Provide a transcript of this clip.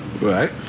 Right